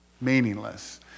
Meaningless